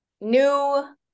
new